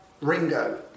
Ringo